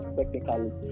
technically